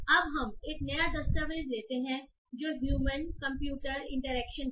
अब हम एक नया दस्तावेज़ लेते हैं जो ह्यूमन कंप्यूटर इंटरेक्शन है